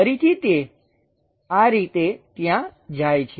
ફરીથી તે આ રીતે ત્યાં જાય છે